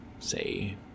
Say